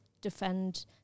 defend